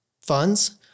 funds